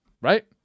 Right